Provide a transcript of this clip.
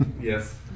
Yes